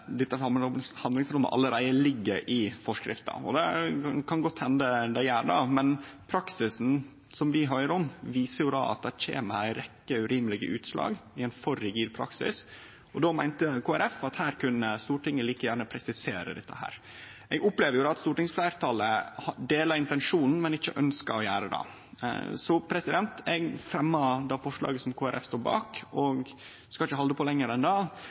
dette handlingsrommet allereie ligg i forskrifta. Det kan godt hende at det gjer det, men praksisen som vi høyrer om, viser at det blir ei rekkje urimelege utslag ved ein for rigid praksis. Kristeleg Folkeparti meiner at her kan Stortinget like gjerne presisere dette. Eg opplever at stortingsfleirtalet deler intensjonen, men ikkje ønskjer å gjere det. Eg tek opp det forslaget som Kristeleg Folkeparti står bak, og skal ikkje halde på mykje lenger.